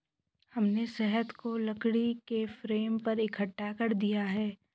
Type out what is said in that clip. हमने शहद को लकड़ी के फ्रेम पर इकट्ठा कर दिया है